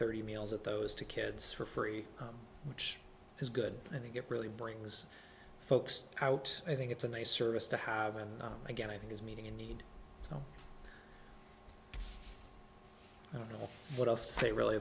thirty meals at those to kids for free which is good i think it really brings folks out i think it's a nice service to have and again i think is meeting in need so i don't know what else to say really